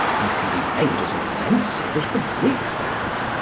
and can be made as offensive as the brickbat.